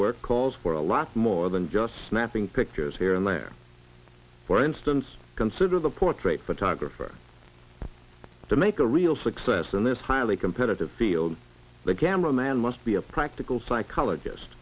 work calls for a lot more than just snapping pictures here and there for instance consider the portray photographer to make a real success in this highly competitive field the camera man must be a practical psychologist